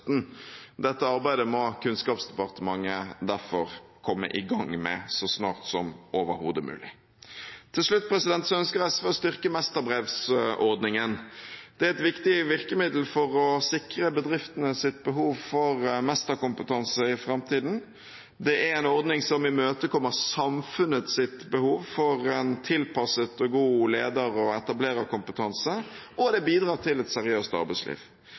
Dette arbeidet må Kunnskapsdepartementet derfor komme i gang med så snart som overhodet mulig. Til slutt: SV ønsker å styrke mesterbrevsordningen. Det er et viktig virkemiddel for å sikre bedriftenes behov for mesterkompetanse i framtiden. Det er en ordning som imøtekommer samfunnets behov for en tilpasset og god leder- og etablererkompetanse, og det bidrar til et seriøst arbeidsliv.